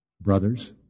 brothers